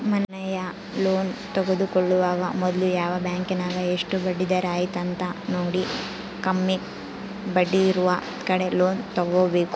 ಮನೆಯ ಲೋನ್ ತೆಗೆದುಕೊಳ್ಳುವಾಗ ಮೊದ್ಲು ಯಾವ ಬ್ಯಾಂಕಿನಗ ಎಷ್ಟು ಬಡ್ಡಿದರ ಐತೆಂತ ನೋಡಿ, ಕಮ್ಮಿ ಬಡ್ಡಿಯಿರುವ ಕಡೆ ಲೋನ್ ತಗೊಬೇಕು